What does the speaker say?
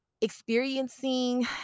experiencing